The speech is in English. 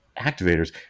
activators